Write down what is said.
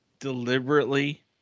deliberately